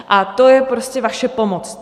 A to je prostě vaše pomoc.